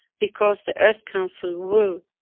because the earth council will.